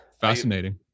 Fascinating